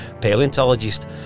paleontologist